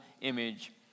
image